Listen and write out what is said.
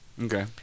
Okay